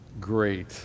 great